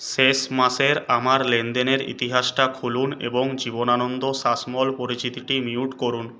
শেষ মাসের আমার লেনদেনের ইতিহাসটা খুলুন এবং জীবনানন্দ শাসমল পরিচিতিটি মিউট করুন